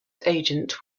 agent